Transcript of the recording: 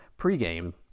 pregame